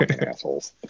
assholes